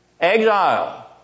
exile